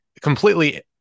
Completely